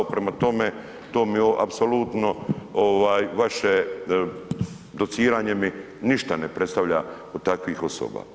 Prema tome, to mi apsolutno vaše dociranje mi ništa ne predstavlja od takvih osoba.